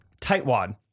Tightwad